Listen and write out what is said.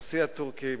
הנשיא הטורקי,